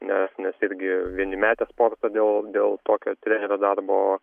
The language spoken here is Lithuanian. nes nes irgi vieni metė sportą dėl dėl tokio trenerio darbo